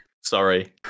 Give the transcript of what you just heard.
Sorry